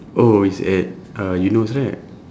oh it's at uh eunos right